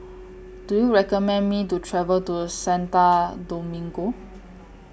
Do YOU recommend Me to travel to Santo Domingo